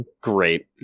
Great